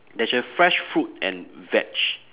there's a fresh fruit and veg